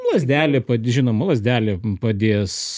lazdelė žinoma lazdelė padės